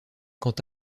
quand